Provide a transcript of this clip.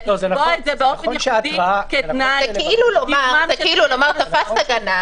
לקבוע את זה באופן ייחודי כתנאי --- זה כאילו לומר שתפסת גנב